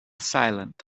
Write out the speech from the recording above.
silent